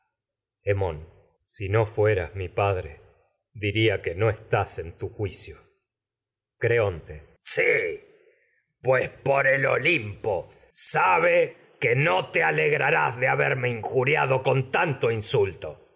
si no fueras mi padre diría que no estás en tu juicio antígona creonte si pues por el olimpo sabe que no te con alegrarás de haberme injuriado a tanto insulto